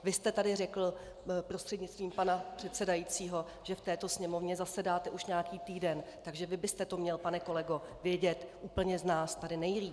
Vy jste tady řekl, prostřednictvím pana předsedajícího, že v této Sněmovně zasedáte už nějaký týden, takže vy byste to měl, pane kolego, vědět úplně z nás tady nejlépe!